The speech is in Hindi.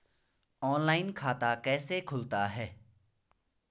ऑनलाइन खाता कैसे खुलता है?